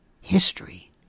History